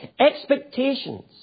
Expectations